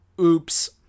oops